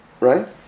right